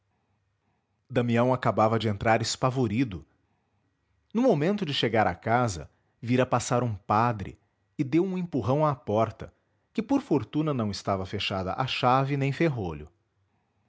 damião acabava de entrar espavorido no momento de chegar à casa vira passar um padre e deu um empurrão à porta que por fortuna não estava fechada a chave nem ferrolho